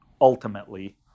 ultimately